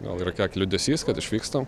gal yra kiek liūdesys kad išvykstam